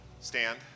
stand